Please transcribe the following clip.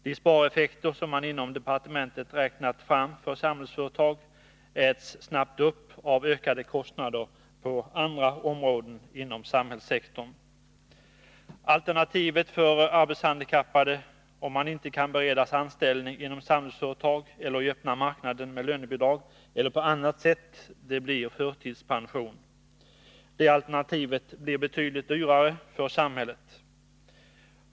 De spareffekter som man inom departementet räknat fram för Samhällsföretag äts snabbt upp av ökade kostnader på andra områden inom samhällssektorn. Alternativet för arbetshandikappade, om de inte kan beredas anställning inom Samhällsföretag eller i öppna marknaden med lönebidrag eller på annat sätt, blir förtidspension. Det alternativet blir betydligt dyrare för samhället.